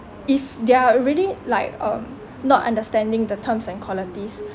if they're really like um not understanding the terms and qualities